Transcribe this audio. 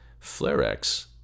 Flarex